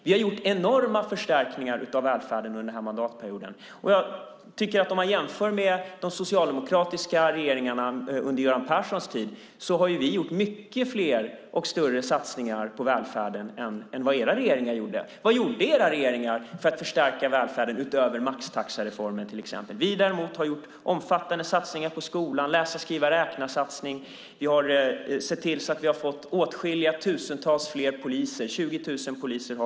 Vi har gjort enorma förstärkningar av välfärden under denna mandatperiod. Om man jämför med de socialdemokratiska regeringarna under Göran Perssons tid har vi gjort mycket fler och större satsningar på välfärden än vad era regeringar gjorde. Vad gjorde era regeringar för att förstärka välfärden, utöver till exempel maxtaxareformen? Vi har däremot gjort omfattande satsningar på skolan. Vi har gjort en satsning på läsa-skriva-räkna. Vi har sett till att vi har fått tusentals fler poliser, och vi har nu 20 000 poliser.